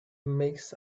makes